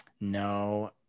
No